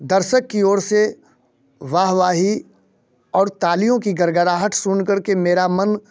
दर्शक की ओर से वाह वाही और तालियों की गड़गड़ाहट सुनकर के मेरा मन